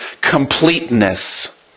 completeness